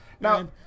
Now